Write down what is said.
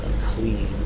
clean